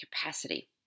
capacity